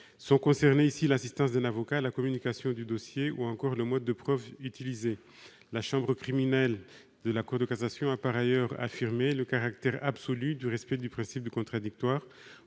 Sont concernés ici l'assistance d'un avocat, la communication du dossier ou encore le mode de preuve utilisé. La chambre criminelle de la Cour de la cassation a par ailleurs affirmé le caractère absolu du respect du principe du contradictoire